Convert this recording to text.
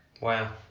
wow